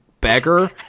beggar